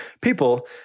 people